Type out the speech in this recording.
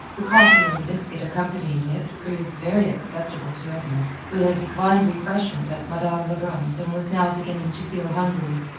the coffee and the biscuit accompanying it proved very acceptable to edna, who had declined refreshment at madame lebrun's and was now beginning to feel hungry.